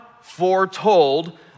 foretold